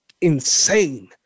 insane